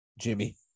Jimmy